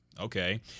Okay